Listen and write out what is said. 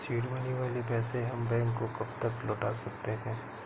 Seed money वाले पैसे हम बैंक को कब तक लौटा सकते हैं?